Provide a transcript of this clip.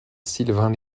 sylvains